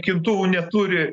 kitų neturi